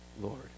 Lord